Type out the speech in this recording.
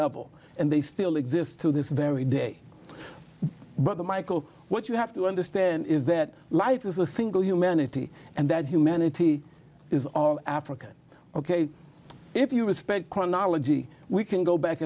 level and they still exist to this very day brother michael what you have to understand is that life is a single humanity and that humanity is africa ok if you respect chronology we can go back